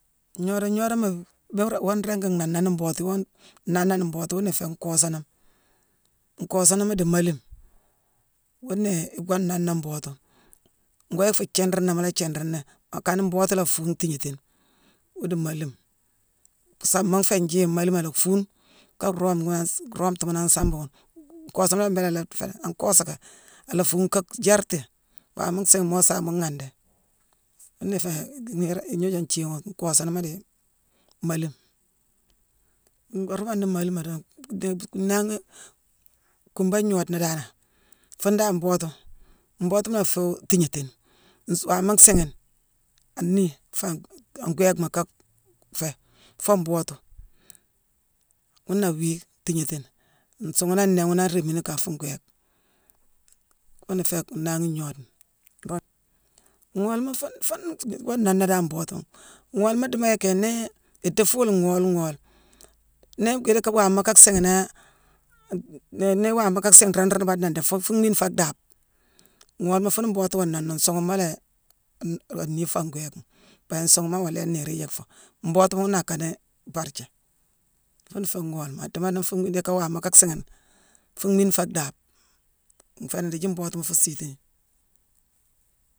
Ngnoodone gnoodone-goré woo ringi nhaanani mbootu iwoo nnaanani mboode: ghuna iféé nkoosaname. Nkoosaname dii maalima wuuna iwoo nanné mbootu. Ngoo yick fuu thiiriingma mu la thiiriini. Akane mbootu la fuune itiignéétima wuudu maalima. Saama nféé njii, maalima laa fuune kaa roome mass roometu ghuna an saambu ghune. Nkoosanama dan mbééla féé an koosaka. Ala fuune kaa jéérti, waama nsiighine, moo saame mu ghandi. Wuuna iféé-niirane-ignooju nthiighone: nkoosanama dii maalima. Ngoo ruumani maalima doorong, dii naangi-kumba ngnoodna danane, fuune dan mbootu, mbootuma la afuu tiignéétine. Nsu-waama nsiighine, anii faa ngwéékma kaa féé foo mbootu. Ghuna awii tiignéétine. Nsuughune nane nnéé ghuna arémini ka fuu nghuna awii tiignéétine. Nsuughune nane nnéé ghune aréémini kafuu ngwéék. Wuuna féck nnangi ngnoode-nro. Ngoolema fuune fuune woo nanna dan mbootuma. Ngoolema diimo yicki nii idii fuula ngoole ngoole, nii waama ka siighine nan nii waama kaa siighrane nruu baadenane déck fuufuu mhiine faa dhaabe. Ngoolema fuune mbootuma woo nanné. Nsuughune ma lé-a-nii-faa ngwééma. Bao nsuughuma awoo lééni niir yick foo. Mbootuma ghune na akane bhaarja. Fuuna féé ngoolema. A diimo nii fuu nii ka waama ka siighine, fuu miine faa dhaabe. Nféé ndiithi mbootu nfuu siitini